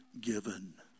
given